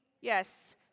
Yes